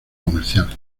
comercial